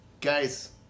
Guys